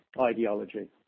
ideology